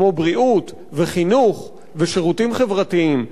כמו בריאות וחינוך ושירותים חברתיים,